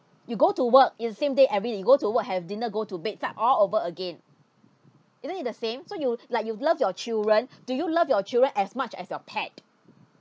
you go to work in the same day every day go to work have dinner go to beds start all over again isn't it the same so you like you love your children do you love your children as much as your pet